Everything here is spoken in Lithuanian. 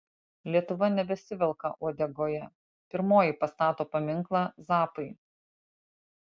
lietuva nebesivelka uodegoje pirmoji pastato paminklą zappai